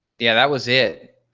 yeah, that was it.